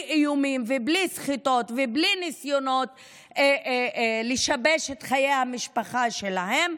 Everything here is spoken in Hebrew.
איומים ובלי סחיטות ובלי ניסיונות לשבש את חיי המשפחה שלהם,